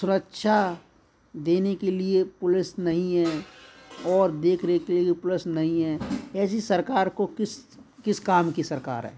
सुरक्षा देने के लिए पुलिस नहीं है और देख रेख के लिए पुलिस नहीं है ऐसी सरकार को किस किस काम की सरकार है